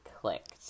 clicked